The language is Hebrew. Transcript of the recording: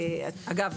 אגב,